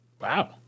Wow